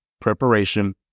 preparation